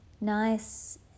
Nice